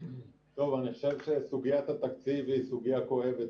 אני חושב שסוגיית התקציב היא סוגיה כואבת.